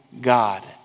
God